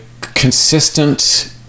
consistent